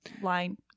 line